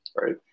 right